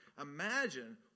Imagine